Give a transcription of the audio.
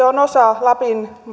on osa lapin